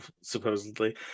supposedly